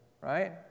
right